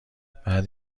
بعد